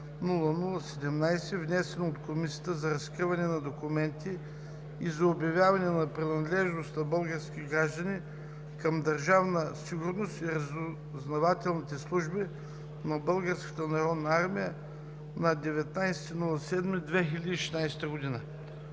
620-00-17, внесен от Комисията за разкриване на документите и за обявяване на принадлежност на български граждани към Държавна сигурност и разузнавателните служби на Българската народна армия на 19 юли 2016 г.